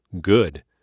Good